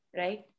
right